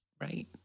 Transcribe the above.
Right